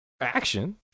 action